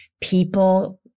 people